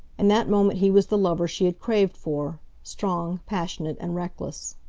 in that moment he was the lover she had craved for strong, passionate, and reckless.